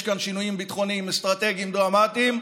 כאן שינויים ביטחוניים אסטרטגיים דרמטיים.